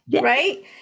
Right